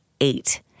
eight